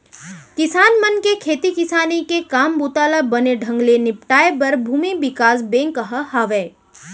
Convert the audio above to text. किसान मन के खेती किसानी के काम बूता ल बने ढंग ले निपटाए बर भूमि बिकास बेंक ह हावय